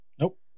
Nope